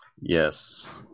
Yes